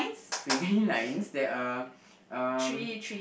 squiggly lines there are um